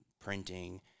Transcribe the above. printing